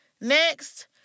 Next